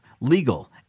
legal